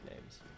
names